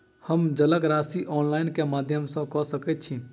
हम जलक राशि ऑनलाइन केँ माध्यम सँ कऽ सकैत छी?